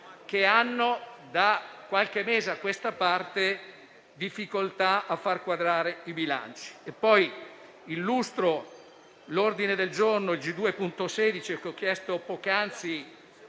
che da qualche mese a questa parte hanno difficoltà a far quadrare i bilanci.